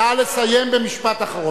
מספרים ביציאת מצרים,